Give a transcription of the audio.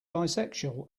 bisexual